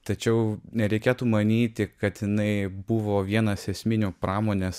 tačiau nereikėtų manyti kad jinai buvo vienas esminių pramonės